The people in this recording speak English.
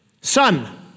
son